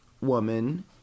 woman